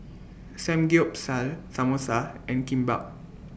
Samgeyopsal Samosa and Kimbap